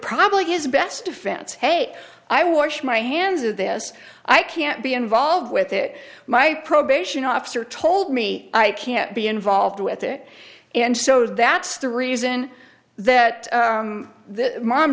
probably his best defense hey i wash my hands of this i can't be involved with it my probation officer told me i can't be involved with it and so that's the reason that the mom